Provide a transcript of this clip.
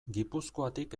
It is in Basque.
gipuzkoatik